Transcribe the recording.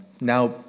Now